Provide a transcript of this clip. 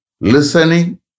Listening